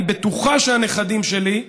אני בטוחה שהנכדים שלי,